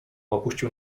opuścił